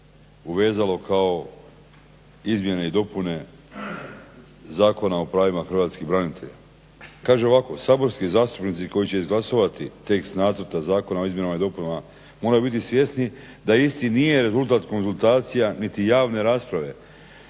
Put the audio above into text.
uvezalo kao izmjene i dopune Zakona o pravima hrvatskih branitelja. Kaže ovako "Saborski zastupnici koji će izglasovati tekst nacrta Zakona o izmjenama i dopunama moraju biti svjesni da isti nije rezultat konzultacija niti javne rasprave,